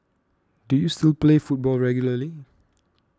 do you still play football regularly